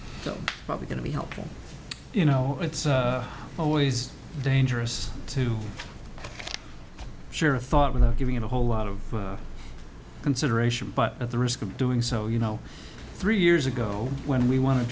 so probably going to be helpful you know it's always dangerous to share a thought without giving it a whole lot of consideration but at the risk of doing so you know three years ago when we want